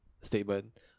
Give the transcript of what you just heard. statement